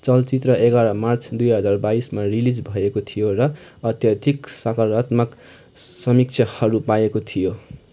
चलचित्र एघार मार्च दुई हजार बाइसमा रिलिज भएको थियो र अत्यधिक सकारात्मक समीक्षाहरू पाएको थियो